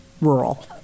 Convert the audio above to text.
rural